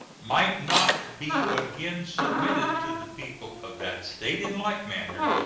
might not be again submitted to the people of that state in like manner,